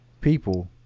people